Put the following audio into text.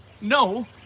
No